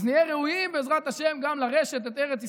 אז נהיה ראויים, בעזרת השם, גם לרשת את ארץ ישראל,